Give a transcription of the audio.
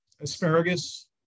asparagus